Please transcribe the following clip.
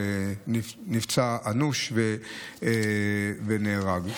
נפצע אנוש ונהרג.